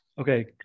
Okay